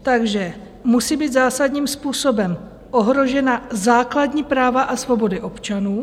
Takže musí být zásadním způsobem ohrožena základní práva a svobody občanů.